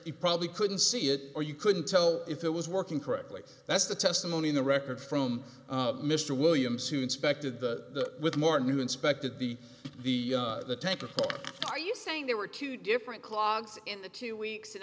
he probably couldn't see it or you couldn't tell if it was working correctly that's the testimony in the record from mr williams who inspected the with more new inspected the the tank or are you saying there were two different cogs in the two weeks in